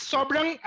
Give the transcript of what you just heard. Sobrang